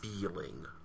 feeling